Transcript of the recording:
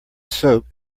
soap